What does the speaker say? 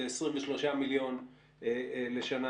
זה 23 מיליון לשנה,